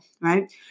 right